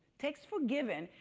takes for given,